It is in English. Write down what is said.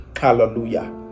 hallelujah